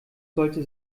sollte